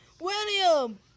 William